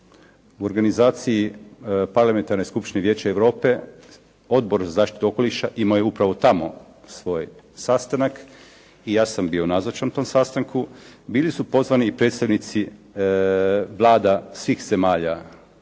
U organizaciji parlamentarne skupštine Vijeća Europe Odbor za zaštitu okoliša imao je upravo tamo svoj sastanak i ja sam bio nazočan tom sastanku. Bili su pozvani i predstavnici vlada svih zemalja